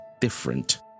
Different